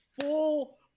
full